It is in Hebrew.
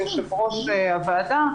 כיושב-ראש הוועדה,